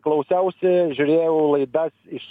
klausiausi žiūrėjau laidas iš